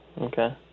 okay